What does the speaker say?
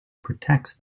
protects